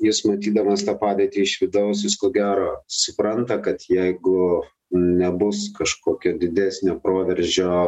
jis matydamas tą padėtį iš vidaus jis ko gero supranta kad jeigu nebus kažkokio didesnio proveržio